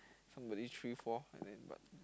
somebody three four and then but